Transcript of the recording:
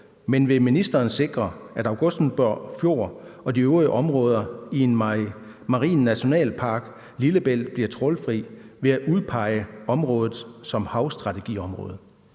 men vil ministeren sikre, at Augustenborg Fjord og de øvrige områder i en marin nationalpark Lillebælt bliver trawlfri, ved at udpege området som havstrategiområde?